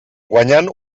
guanyant